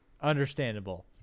understandable